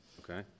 Okay